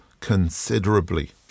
considerably